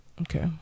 Okay